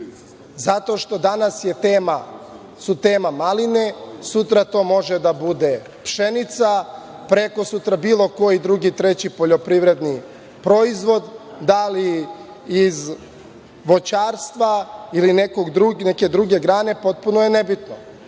zato što su danas tema maline, sutra to može da bude pšenica, prekosutra bilo koji drugi, treći poljoprivredni proizvod, da li iz voćarstva ili neke druge grane, potpuno je nebitno.